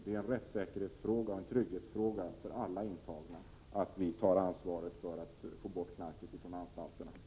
Det är en rättssäkerhetsfråga och en trygghetsfråga för alla intagna att vi tar ansvaret för att få bort knarket från anstalterna.